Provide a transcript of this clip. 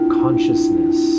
consciousness